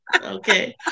Okay